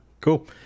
Cool